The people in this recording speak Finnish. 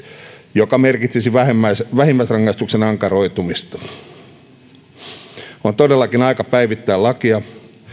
joka merkitsisi vähimmäisrangaistuksen ankaroitumista on todellakin aika päivittää lakia